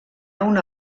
una